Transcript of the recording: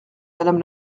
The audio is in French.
madame